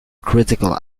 critical